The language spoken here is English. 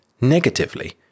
negatively